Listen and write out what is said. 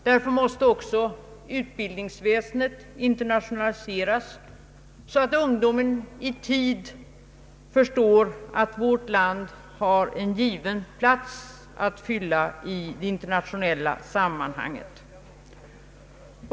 Därför måste också utbildningsväsendet internationaliseras så att ungdomarna i tid förstår att vårt land har en given plats att fylla i det internationella sammanhanget.